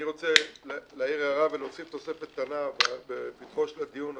אני רוצה להעיר הערה ולהוסיף תוספת קטנה בפתחו של הדיון החשוב.